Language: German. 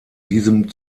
diesem